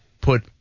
put